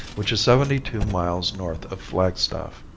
which is seventy-two miles north of flagstaff.